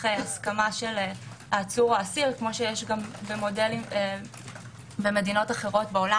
הסכמה של העצור או האסיר כפי שיש גם במודלים במדינות אחרות בעולם,